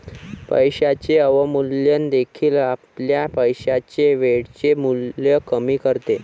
पैशाचे अवमूल्यन देखील आपल्या पैशाचे वेळेचे मूल्य कमी करते